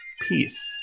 peace